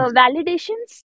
validations